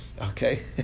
okay